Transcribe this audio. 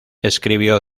escribió